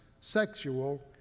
sexual